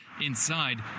Inside